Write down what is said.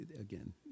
again